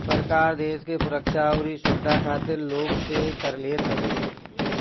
सरकार देस के सुरक्षा अउरी सुविधा खातिर लोग से कर लेत हवे